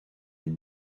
est